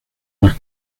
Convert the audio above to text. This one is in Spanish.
las